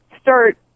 start